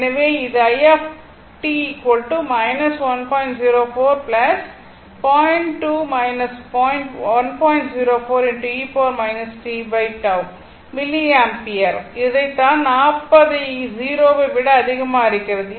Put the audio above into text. எனவே இது milliampere இதைத்தான் 40 ஐ 0 ஐ விட அதிகமாக இருக்கிறது